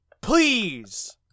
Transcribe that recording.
please